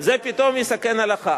זה פתאום יסכן את ההלכה.